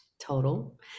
total